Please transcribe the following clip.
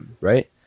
right